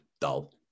dull